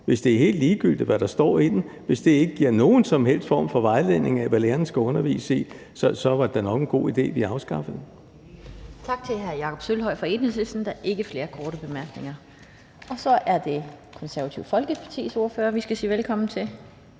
Hvis det er helt ligegyldigt, hvad der står i den, hvis det ikke giver nogen som helst form for vejledning om, hvad lærerne skal undervise i, så var det da nok en god idé, at vi afskaffede den. Kl. 11:54 Den fg. formand (Annette Lind): Tak til hr. Jakob Sølvhøj fra Enhedslisten. Der er ikke flere korte bemærkninger. Og så er det Det Konservative Folkepartis ordfører, vi skal sige velkommen til.